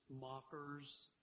mockers